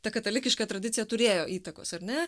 ta katalikiška tradicija turėjo įtakos ar ne